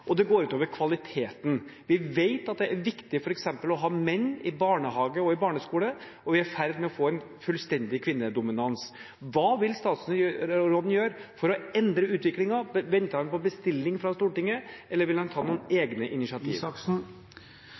Og det går ut over kvaliteten. Vi vet at det er viktig f.eks. å ha menn i barnehage og i barneskole, og vi er i ferd med å få en fullstendig kvinnedominans. Hva vil statsråden gjøre for å endre utviklingen? Venter han på bestilling fra Stortinget, eller vil han ta noen egne initiativ?